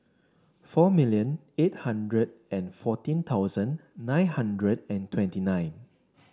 four million eight hundred and fourteen thousand nine hundred and twenty nine